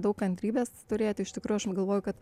daug kantrybės turėti iš tikrųjų aš galvoju kad